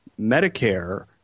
Medicare